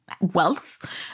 wealth